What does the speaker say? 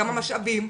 כמה משאבים?